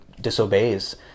disobeys